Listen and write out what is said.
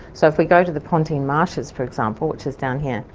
so if we go to the pontine marshes, for example, which is down here,